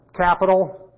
capital